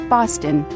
Boston